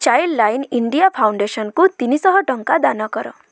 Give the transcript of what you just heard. child line India ଫାଉଣ୍ଡେସନ୍କୁ ତିନିଶହ ଟଙ୍କା ଦାନ କର